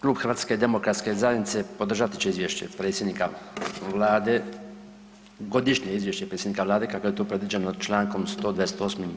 Klub HDZ-a podržati će izvješće predsjednika Vlade, godišnje izvješće predsjednika Vlade kako je to predviđeno čl. 128.